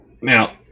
Now